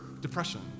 depression